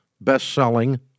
best-selling